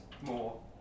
more